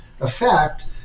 effect